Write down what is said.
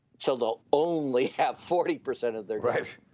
so they'll only have forty percent of their